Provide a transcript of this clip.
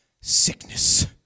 sickness